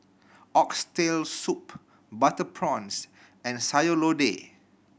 Oxtail Soup butter prawns and Sayur Lodeh